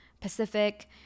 Pacific